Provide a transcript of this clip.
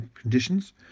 conditions